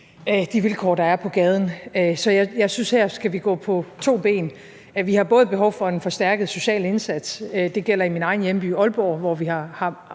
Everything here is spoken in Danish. de vilkår, der er på gaden. Så her synes jeg, at vi skal gå på to ben. Vi har behov for en forstærket social indsats. Det gælder i min egen hjemby, Aalborg, hvor vi har